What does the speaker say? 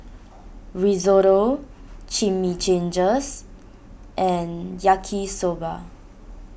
Risotto Chimichangas and Yaki Soba